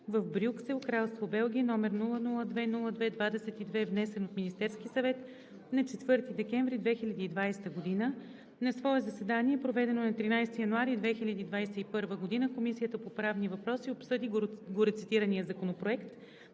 в Брюксел, Кралство Белгия, № 002-02-22, внесен от Министерския съвет на 4 декември 2020 г. На свое заседание, проведено на 13 януари 2021 г., Комисията по правни въпроси обсъди горецитирания законопроект.